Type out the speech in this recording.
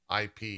IP